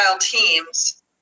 teams